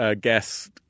guest –